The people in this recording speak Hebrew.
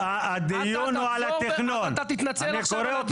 אתה תחזור בך מהדיבה, אתה תתנצל עכשיו על הדיבה.